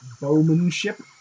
bowmanship